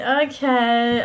okay